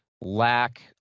lack